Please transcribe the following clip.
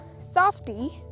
Softy